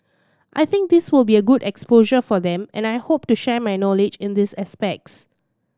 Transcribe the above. I think this will be a good exposure for them and I hope to share my knowledge in these aspects